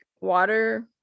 water